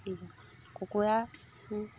কুকুৰা